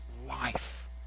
life